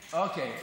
אוקיי.